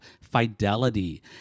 fidelity